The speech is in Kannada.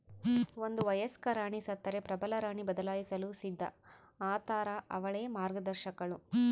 ಒಂದು ವಯಸ್ಕ ರಾಣಿ ಸತ್ತರೆ ಪ್ರಬಲರಾಣಿ ಬದಲಾಯಿಸಲು ಸಿದ್ಧ ಆತಾರ ಅವಳೇ ಮಾರ್ಗದರ್ಶಕಳು